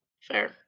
Fair